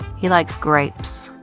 he likes grapes.